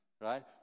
Right